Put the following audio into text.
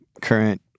current